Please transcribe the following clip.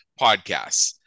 podcasts